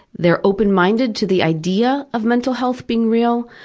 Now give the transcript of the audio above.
they're open-minded to the idea of mental health being real,